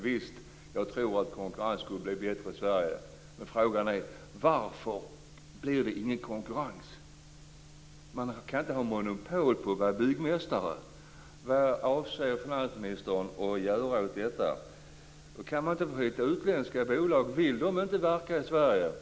Visst tror jag att konkurrensen skulle kunna bli hårdare i Sverige. Men frågan är: Varför är det ingen konkurrens? Man kan inte ha monopol på att vara byggmästare. Vad avser finansministern att göra åt detta? Kan man inte få hit utländska bolag? Vill de inte verka i Sverige?